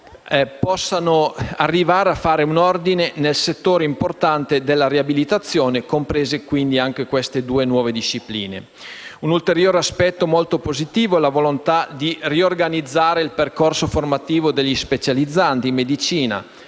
possano arrivare a fare ordine nel settore importante della riabilitazione, comprese quindi anche queste due nuove discipline. Un ulteriore aspetto molto positivo è dato dalla volontà di riorganizzare il percorso formativo degli specializzandi in medicina.